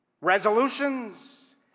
resolutions